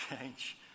change